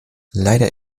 leider